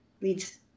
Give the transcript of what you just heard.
leads